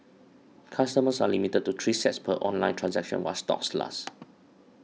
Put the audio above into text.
customers are limited to three sets per online transaction while stocks last